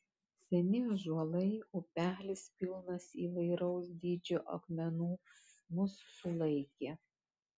seni ąžuolai upelis pilnas įvairaus dydžio akmenų mus sulaikė